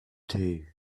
too